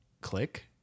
click